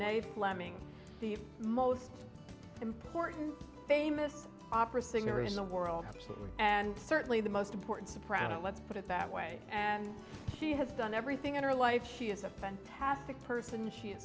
fleming the most important famous opera singer in the world and certainly the most important soprano let's put it that way and she has done everything in her life she is a fantastic person she